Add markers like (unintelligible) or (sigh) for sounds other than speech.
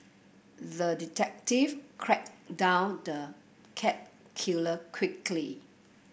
the detective (unintelligible) down the cat killer quickly